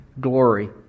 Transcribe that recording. glory